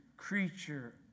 Creature